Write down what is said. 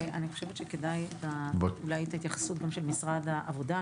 אני חושבת שכדאי אולי את ההתייחסות גם של משרד העבודה,